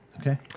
Okay